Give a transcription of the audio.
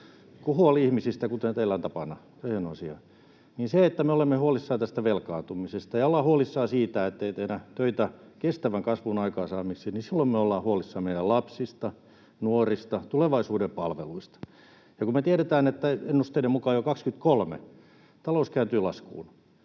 on huoli ihmisistä, kuten teillä on tapana, se on hieno asia — että kun me ollaan huolissamme tästä velkaantumisesta ja ollaan huolissaan siitä, ettei tehdä töitä kestävän kasvun aikaansaamiseksi, niin silloin me ollaan huolissamme meidän lapsista, nuorista ja tulevaisuuden palveluista. Ja kun me tiedetään, että ennusteiden mukaan jo vuonna 23 talous kääntyy laskuun,